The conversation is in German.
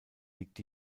liegt